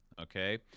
Okay